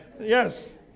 Yes